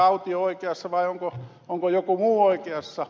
autio oikeassa vai onko joku muu oikeassa